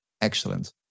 excellent